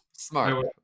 smart